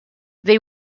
they